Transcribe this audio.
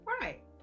Right